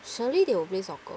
sorry they will play soccer